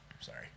Sorry